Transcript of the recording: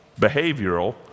behavioral